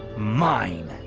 mine